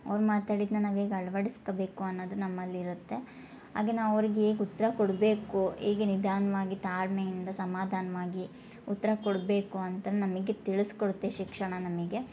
ಅವ್ರು ಮಾತಾಡಿದ್ನ ನಾವು ಹೇಗೆ ಅಳ್ವಡ್ಸ್ಕಬೇಕು ಅನ್ನದು ನಮ್ಮಲ್ಲಿ ಇರತ್ತೆ ಹಾಗೆ ನಾವು ಅವ್ರಿಗೆ ಹೇಗೆ ಉತ್ತರ ಕೊಡಬೇಕು ಹೇಗೆ ನಿಧಾನ್ವಾಗಿ ತಾಳ್ಮೆಯಿಂದ ಸಮಾಧಾನ್ವಾಗಿ ಉತ್ತರ ಕೊಡಬೇಕು ಅಂತ ನಮಗೆ ತಿಳ್ಸಿ ಕೊಡುತ್ತೆ ಶಿಕ್ಷಣ ನಮಗೆ